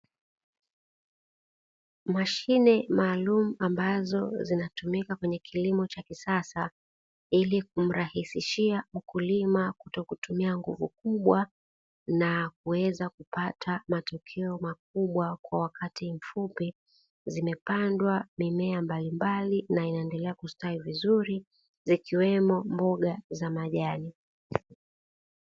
Mashine maalum ambazo zinatumika kwenye kilimo cha kisasa ili kumrahisishia mkulima kutokutumia nguvu kubwa, na kuweza kupata matokeo makubwa kwa wakati mfupi, zimepandwa mimea mbalimbali na inaendelea kustawi vizuri zikiwemo mboga za majani.